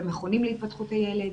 במכונים להתפתחות הילד.